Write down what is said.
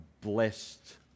blessed